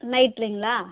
நைட்லேங்ளா